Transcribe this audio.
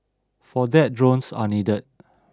for that drones are needed